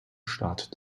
staat